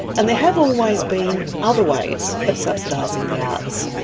and there have always been other ways of subsidising the arts.